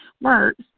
works